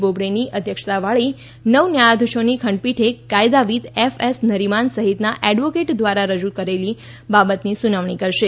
બોબડેની અધ્યક્ષતાવાળી નવ ન્યાયાધીશોની ખંડપીઠે કાયદાવિદ ફલી નરીમાન સહિતના એડવોકેટ દ્વારા રજુ થયેલી બાબતની સુનાવણી કરશે